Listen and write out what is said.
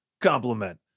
compliment